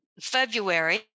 February